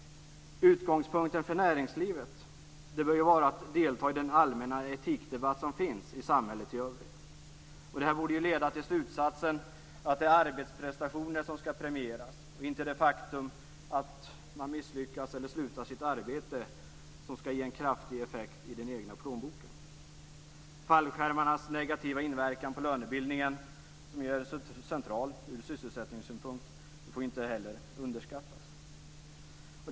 Utgångspunkten för näringslivet bör vara att delta i den allmänna etikdebatt som förs i samhället i övrigt. Detta borde leda till slutsatsen att det är arbetsprestationen som skall premieras, och inte det faktum att man misslyckas eller slutar sitt arbete som skall ge en kraftig effekt i den egna plånboken. Fallskärmarnas negativa inverkan på lönebildningen, som är så central ur sysselsättningssynpunkt, får inte heller underskattas.